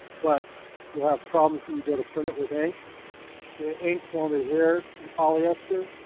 but you'll have problem when you go to print it with ink the ink won't adhere to the polyester,